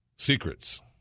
Secrets